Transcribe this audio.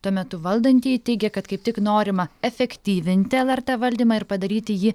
tuo metu valdantieji teigia kad kaip tik norima efektyvinti lrt valdymą ir padaryti jį